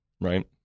right